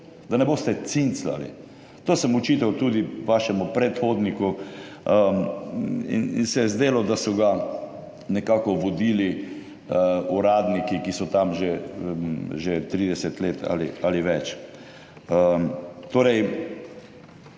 da ne boste cincali. To sem očital tudi vašemu predhodniku in se je zdelo, da so ga nekako vodili uradniki, ki so tam že 30 let ali več. Torej,